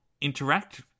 interact